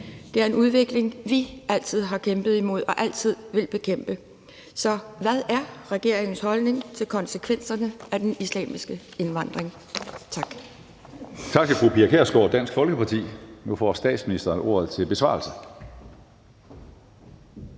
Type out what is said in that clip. Det er en udvikling, vi altid har kæmpet mod og altid vil bekæmpe. Så hvad er regeringens holdning til konsekvenserne af den islamiske indvandring? Tak.